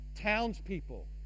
townspeople